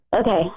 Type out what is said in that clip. Okay